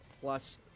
plus